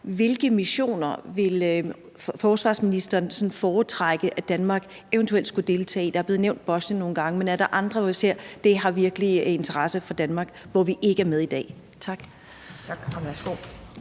hvilke missioner forsvarsministeren sådan vil foretrække at Danmark eventuelt skulle deltage i. Der er blevet nævnt Bosnien nogle gange, men er der andre, hvor vi ser, at det virkelig har en interesse for Danmark, og hvor vi ikke er med i dag? Tak.